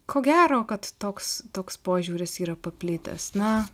ko gero kad toks toks požiūris yra paplitęs na